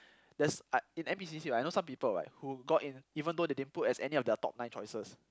there's uh in N_P_C_C right you know some people right who got in even though they didn't put as any of their top nine choices